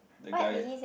that guy